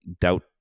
doubt